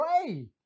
pray